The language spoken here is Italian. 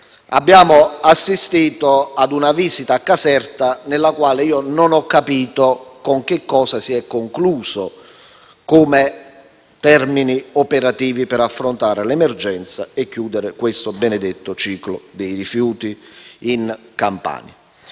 abbiamo assistito ad una visita a Caserta che io non ho capito con quali decisioni si sia conclusa in termini operativi per affrontare l'emergenza e chiudere questo benedetto ciclo dei rifiuti in Campania.